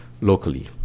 locally